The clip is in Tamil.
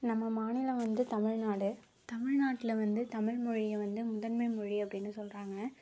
நம்ம மாநிலம் வந்து தமிழ்நாடு தமிழ்நாட்டில் வந்து தமிழ் மொழியை வந்து முதன்மை மொழி அப்படின்னு சொல்கிறாங்க